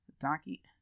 Donkey